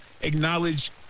Acknowledge